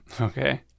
okay